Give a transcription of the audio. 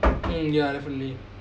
mm ya definitely